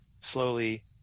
slowly